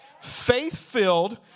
faith-filled